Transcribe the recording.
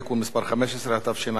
התשע"ב 2012,